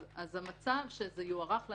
המצב שזה יוארך לנצח,